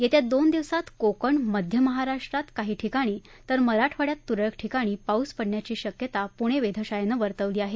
येत्या दोन दिवसात कोकण मध्य महाराष्ट्रात काही ठिकाणी तर मराठवाड्यात त्रळक ठिकाणी पाऊस पडण्याची शक्यता प्णे वेधशाळेनं वर्तवली आहे